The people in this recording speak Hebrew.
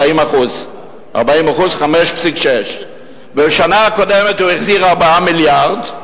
40% הם 5.6. בשנה הקודמת הוא החזיר 4 מיליארד,